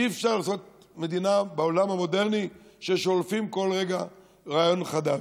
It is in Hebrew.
אי-אפשר לעשות מדינה בעולם המודרני ששולפים כל רגע רעיון חדש.